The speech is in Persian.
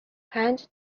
پنج